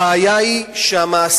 הבעיה היא שהמעסיקים,